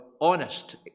honest